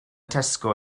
tesco